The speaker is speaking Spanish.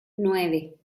nueve